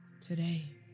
Today